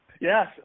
Yes